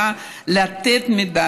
בתשדירים האלה של המשרד הייתה לתת מידע